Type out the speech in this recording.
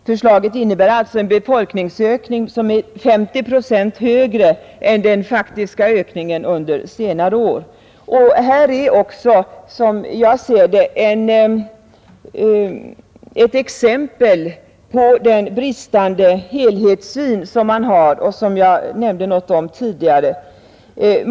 Förslaget innebär alltså en befolkningsökning som är 50 procent högre än den faktiska ökningen under senare år. Detta är också som jag ser det ett exempel på den bristande helhetssyn som man har och som jag nämnde något om tidigare.